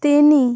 ତିନି